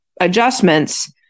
adjustments